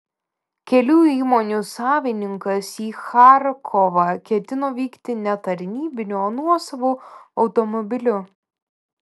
kelių įmonių savininkas į charkovą ketino vykti ne tarnybiniu o nuosavu automobiliu